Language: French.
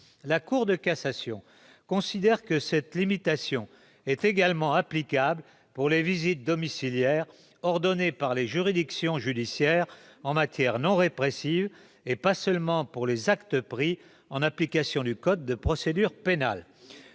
La Cour de cassation considère que cette limitation est applicable également pour les visites domiciliaires ordonnées par les juridictions judiciaires en matière non répressive, et pas seulement pour les actes pris en application du code de procédure pénale.